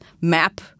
map